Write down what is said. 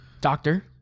Doctor